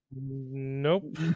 Nope